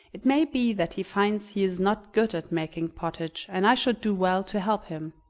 it may be that he finds he is not good at making pottage and i should do well to help him.